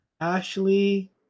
Ashley